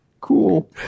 cool